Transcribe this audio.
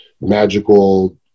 magical